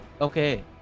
Okay